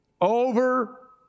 over